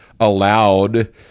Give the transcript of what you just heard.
allowed